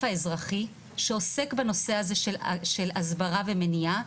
האזרחי שעוסק בנושא הזה של הסברה ומניעה.